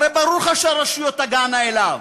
הרי ברור לך שהרשויות תגענה אליו.